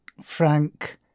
Frank